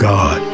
God